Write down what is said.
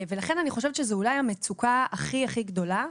ולכן אני חושבת שזה אולי המצוקה הכי הכי גדולה,